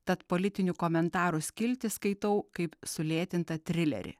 tad politinių komentarų skiltį skaitau kaip sulėtintą trilerį